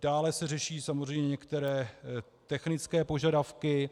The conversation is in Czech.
Dále se řeší samozřejmě některé technické požadavky.